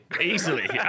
Easily